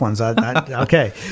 Okay